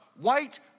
white